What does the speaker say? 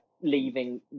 leaving